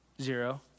Zero